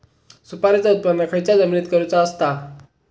सुपारीचा उत्त्पन खयच्या जमिनीत करूचा असता?